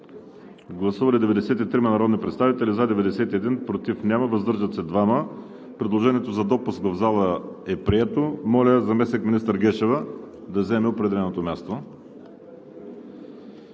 Гласували 93 народни представители: за 91, против няма, въздържали се 2. Предложението за допуск в залата е прието. Моля заместник-министър Гешева да заеме определеното ѝ място.